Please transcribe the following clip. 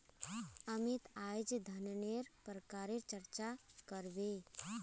अमित अईज धनन्नेर प्रकारेर चर्चा कर बे